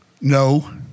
No